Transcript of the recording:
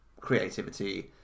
creativity